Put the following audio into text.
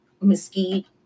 Mesquite